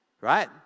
Right